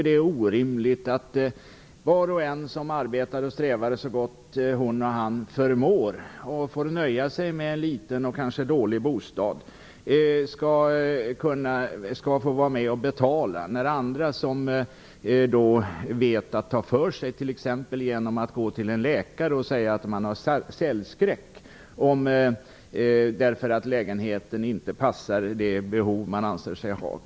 Det är orimligt att var och en som arbetar och strävar så gott hon eller han förmår och som får nöja sig med en liten och kanske dålig bostad skall vara med och betala medan andra vet att ta för sig, t.ex. genom att gå till en läkare och säga att man lider av cellskräck därför att lägenheten inte passar det behov man anser sig ha.